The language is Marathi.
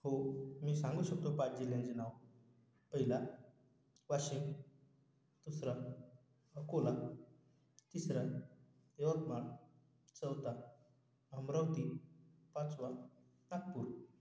हो मी सांगू शकतो पाच जिल्ह्यांची नाव पहिला वाशिम दुसरा अकोला तिसरा यवतमाळ चौथा अमरावती पाचवा नागपूर